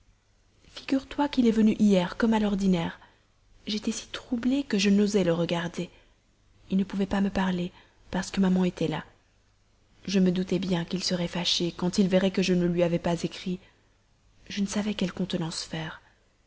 figure-toi qu'il est venu hier comme à l'ordinaire j'étais si troublée que je n'osais le regarder il ne pouvait pas me parler parce que maman était là je me doutais bien qu'il serait fâché quand il verrait que je ne lui avais pas écrit je ne savais quelle contenance faire